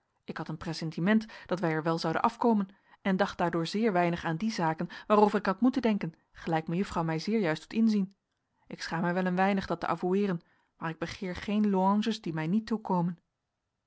ik had een pressentiment dat wij er wel zouden afkomen en dacht daardoor zeer weinig aan die zaken waarover ik had moeten denken gelijk mejuffrouw mij zeer juist doet inzien ik schaam mij wel een weinig dat te avoueeren maar ik begeer geene louanges die mij niet toekomen